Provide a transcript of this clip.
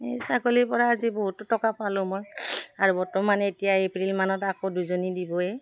এই ছাগলীৰ পৰা আজি বহুতো টকা পালোঁ মই আৰু বৰ্তমান এতিয়া এপ্ৰিল মানত আকৌ দুজনী দিবয়ে